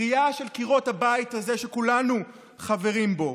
בכייה של קירות הבית הזה, שכולנו חברים בו.